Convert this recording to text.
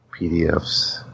PDFs